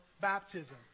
baptism